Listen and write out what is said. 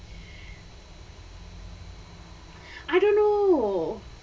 I don't know